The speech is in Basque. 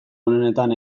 onenetan